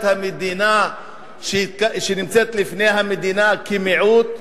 המדינה שנמצאת לפני המדינה כמיעוט?